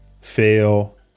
fail